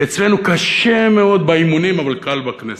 כי אצלנו קשה מאוד באימונים, אבל קל בכנסת.